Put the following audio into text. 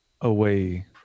away